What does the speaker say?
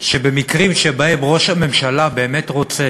שבמקרים שבהם ראש הממשלה באמת רוצה